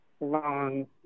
long